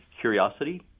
curiosity